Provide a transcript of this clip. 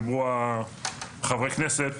דיברו חברי הכנסת,